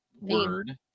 word